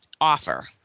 offer